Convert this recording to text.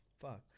Fuck